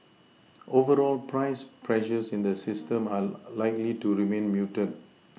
overall price pressures in the system are likely to remain muted